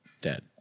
dead